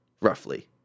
roughly